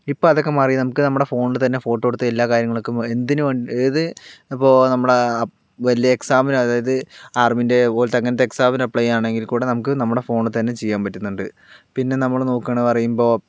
ഇപ്പോൾ അതൊക്കെ മാറി നമുക്ക് നമ്മടെ ഫോണില് തന്നെ ഫോട്ടോ എടുത്ത് എല്ലാ കാര്യങ്ങൾക്കും എന്തിനും ഏത് ഇപ്പോൾ നമ്മളെ വലിയ എക്സാമിനതായത് ആർമിൻ്റെ പോലത്തെ അങ്ങനത്തെ എക്സാമിന് അപ്ലൈ ചെയ്യാണെങ്കിൽ കൂടെ നമുക്ക് നമ്മടെ ഫോണിൽ തന്നെ ചെയ്യാൻ പറ്റുന്നുണ്ട് പിന്നെ നമ്മള് നോക്കാണ് പറയുമ്പോൾ